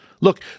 Look